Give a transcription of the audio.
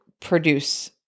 produce